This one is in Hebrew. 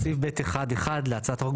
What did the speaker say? בסעיף (ב1)(1) להצעת החוק,